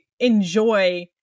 enjoy